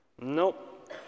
Nope